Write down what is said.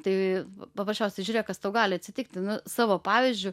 tai paprasčiausiai žiūrėk kas tau gali atsitikti nu savo pavyzdžiu